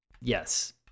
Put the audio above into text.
yes